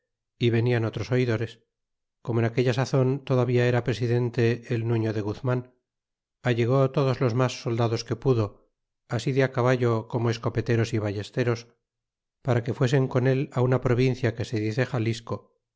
é venian otros oidores como en aquella sazon todavía era presidente el nuiío de guzrnan allegó todos los mas soldados que pudo así de a caballo como escopeteros r ballesteros para que fuesen con él una provincia que se dice xalisco